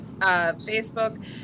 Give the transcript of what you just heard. facebook